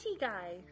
guy